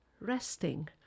resting